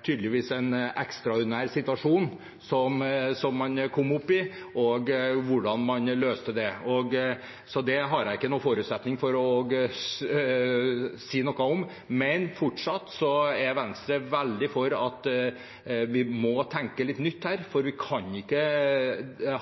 ekstraordinær situasjon man kom opp i, og hvordan man løste den. Det har jeg ingen forutsetning for å si noe om. Men Venstre er veldig for å tenke litt nytt, for vi kan ikke